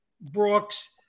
Brooks